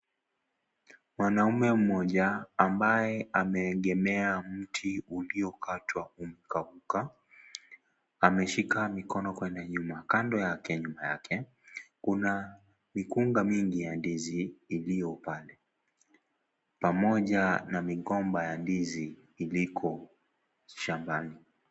Mwanaume mmoja ambaye ameegelea kwenye mti uliyokatwa hulkaulka ameshika mkono kuenda nyuma kando ya yake nyuma yake kuna mikunga mingi ya ndizi iliyo pale, pamoja na migomba ya ndizi iliko shambani.